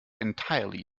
entirely